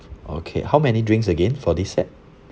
okay how many drinks again for this set